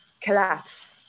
collapse